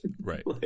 right